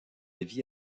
vie